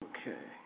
Okay